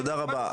תודה רבה,